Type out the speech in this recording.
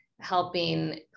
helping